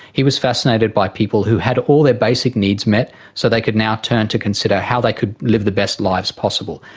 he was fascinated by people who had all their basic needs met, so they could now turn to consider how they could live the best lives possible.